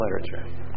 literature